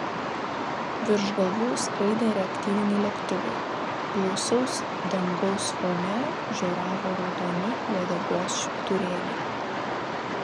virš galvų skraidė reaktyviniai lėktuvai blausaus dangaus fone žioravo raudoni uodegos švyturėliai